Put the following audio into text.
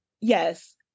yes